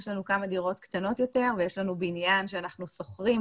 יש לנו כמה דירות קטנות יותר ויש לנו בניין שאנחנו שוכרים.